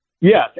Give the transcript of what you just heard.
Yes